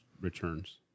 returns